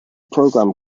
program